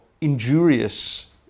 injurious